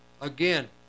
again